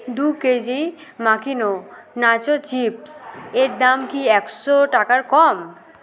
দু কেজি মাখিনো nacho chips এর দাম কি একশো টাকার কম